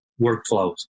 workflows